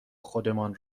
خودمان